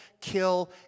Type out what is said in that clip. kill